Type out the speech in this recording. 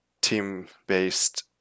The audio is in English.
team-based